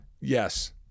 Yes